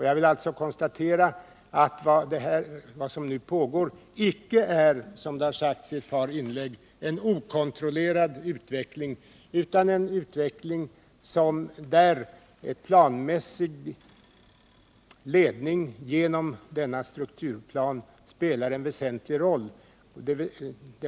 Jag vill alltså konstatera att vad som nu pågår icke — som det har gjorts gällande i ett par inlägg — är en okontrollerad utveckling utan en utveckling där planmässig ledning genom denna strukturplan spelar en väsentlig roll.